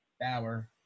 Bauer